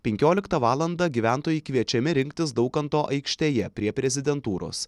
penkioliktą valandą gyventojai kviečiami rinktis daukanto aikštėje prie prezidentūros